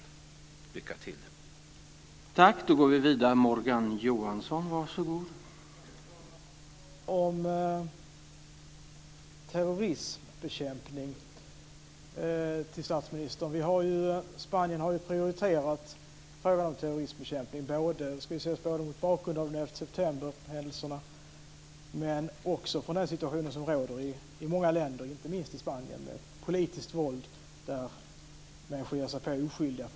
Lycka till!